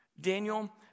Daniel